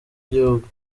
igihugu